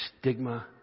stigma